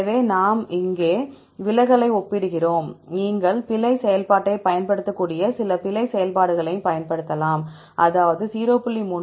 எனவே இங்கே நாம் விலகல்களை ஒப்பிடுகிறோம் நீங்கள் பிழை செயல்பாட்டைப் பயன்படுத்தக்கூடிய சில பிழை செயல்பாடுகளையும் பயன்படுத்தலாம் அதாவது 0